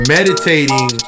Meditating